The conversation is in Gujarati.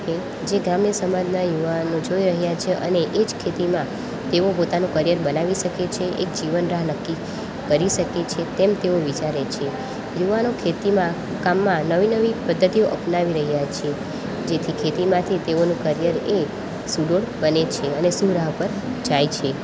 જે ગ્રામ્ય સમાજના યુવાનો જોઈ રહ્યા છે અને એ જ ખેતીમાં તેઓ પોતાનું કરિયર બનાવી શકે છે એક જીવન રાહ નક્કી કરી શકે છે તેમ તેઓ વિચારે છે યુવાનો ખેતીમા કામમાં નવી નવી પદ્ધતિઓ અપનાવી રહ્યા છે જેથી ખેતીમાંથી તેઓનું કરિયર એ સુડોળ બને છે અને સુરાહ પર જાય છે